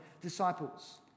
disciples